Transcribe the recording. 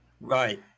Right